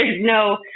no